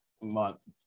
month